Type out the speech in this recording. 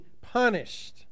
punished